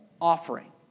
offering